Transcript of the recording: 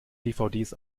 dvds